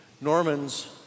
Norman's